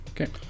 Okay